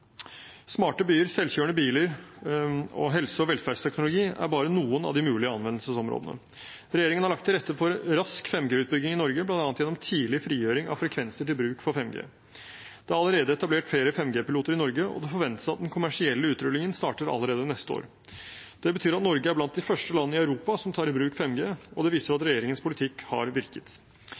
Smarte byer, selvkjørende biler og helse- og velferdsteknologi er bare noen av de mulige anvendelsesområdene. Regjeringen har lagt til rette for rask 5G-utbygging i Norge, bl.a. gjennom tidlig frigjøring av frekvenser til bruk for 5G. Det er allerede etablert flere 5G-piloter i Norge, og det forventes at den kommersielle utrullingen starter allerede neste år. Det betyr at Norge er blant de første landene i Europa som tar i bruk 5G, og det viser at regjeringens politikk har virket.